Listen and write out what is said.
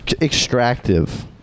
extractive